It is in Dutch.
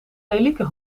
relieken